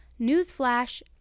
Newsflash